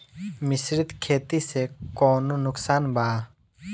मिश्रित खेती से कौनो नुकसान वा?